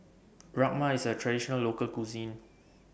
Rajma IS A Traditional Local Cuisine